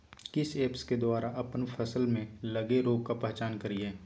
किस ऐप्स के द्वारा अप्पन फसल में लगे रोग का पहचान करिय?